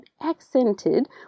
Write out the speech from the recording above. accented